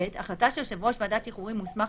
(ב)החלטה שיושב ראש ועדת שחרורים מוסמך